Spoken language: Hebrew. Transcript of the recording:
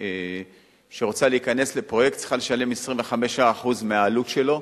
שרוצה להיכנס לפרויקט צריכה לשלם 25% מהעלות שלו.